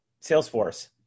Salesforce